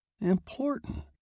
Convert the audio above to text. Important